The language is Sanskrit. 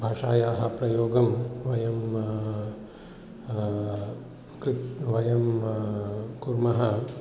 भाषायाः प्रयोगं वयं कृतं वयं कुर्मः